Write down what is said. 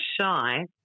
shy